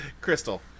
Crystal